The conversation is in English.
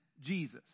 Jesus